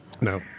No